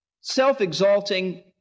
self-exalting